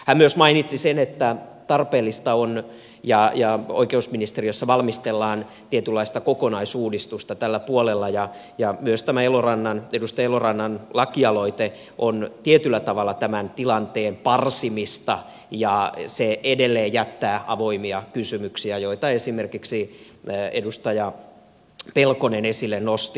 hän myös mainitsi sen että tarpeellista on ja oikeusministeriössä valmistellaan tietynlaista kokonaisuudistusta tällä puolella ja myös edustaja elorannan lakialoite on tietyllä tavalla tämän tilanteen parsimista ja se edelleen jättää avoimia kysymyksiä joita esimerkiksi edustaja pelkonen esille nosti